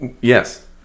yes